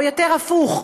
או הפוך.